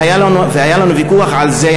והיה לנו ויכוח על זה,